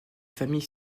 famille